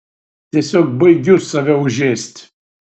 tiesiog baigiu save užėst